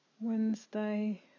Wednesday